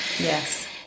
Yes